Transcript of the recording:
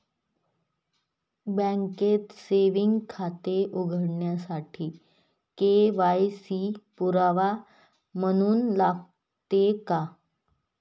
बँकेत सेविंग खाते उघडण्यासाठी के.वाय.सी पुरावा म्हणून लागते का?